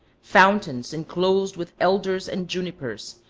fountains enclosed with elders and junipers,